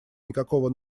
никакого